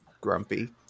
grumpy